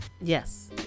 Yes